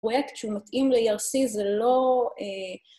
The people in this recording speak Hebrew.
פרויקט שהוא מתאים ל- ERC זה לא...